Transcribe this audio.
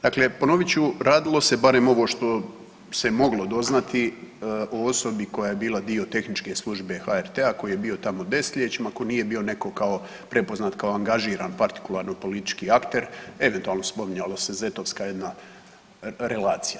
Dakle, ponovit ću radilo se, barem ovo što se moglo doznati o osobi koja je bila dio tehničke službe HRT-a, koji je bio tamo desetljećima, tko nije bio netko kao, prepoznat kao angažiran partikularno politički akter, eventualno spominjala se zetovska jedna relacija.